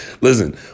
listen